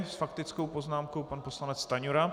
S faktickou poznámkou pan poslanec Stanjura.